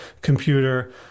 computer